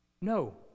no